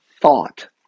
thought